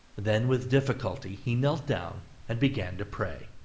then with difficulty he knelt down and began to pray.